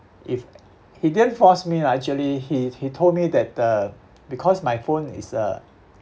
if he didn't force me lah actually he he told me that uh because my phone is a